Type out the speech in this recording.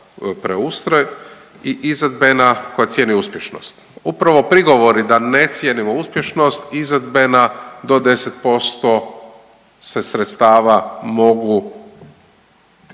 preustroj i izvedbena, koja cijeni uspješnost. Upravo prigovori da ne cijenimo uspješnost, izvedbena do 10% se sredstava mogu